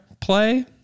play